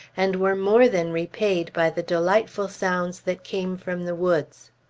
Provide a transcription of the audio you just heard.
and were more than repaid by the delightful sounds that came from the woods.